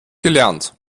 gelernt